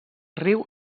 riu